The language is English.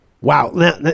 Wow